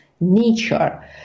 nature